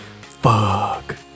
Fuck